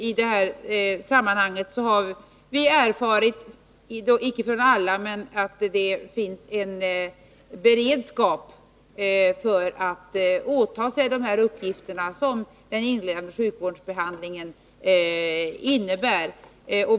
I detta sammanhang har vi erfarit att det finns en beredskap — dock icke för alla — att åta sig de uppgifter som den inledande sjukvårdsbehandlingen innebär.